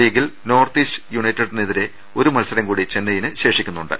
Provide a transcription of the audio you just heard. ലീഗിൽ North East യുനൈറ്റഡിനെതിരെ ഒരു മത്സരം കൂടി ചെന്നൈയിന് ശേഷിക്കുന്നുണ്ട്